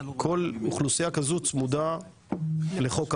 כל אוכלוסייה כזאת צמודה לחוק אחר.